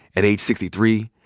at age sixty three,